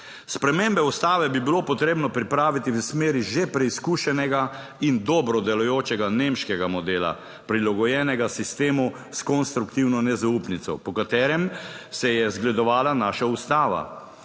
Spremembe Ustave bi bilo potrebno pripraviti v smeri že preizkušenega in dobro delujočega nemškega modela, prilagojenega sistemu s konstruktivno nezaupnico, po katerem se je zgledovala naša ustava.